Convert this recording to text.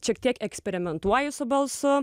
šiek tiek eksperimentuoju su balsu